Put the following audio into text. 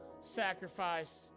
sacrifice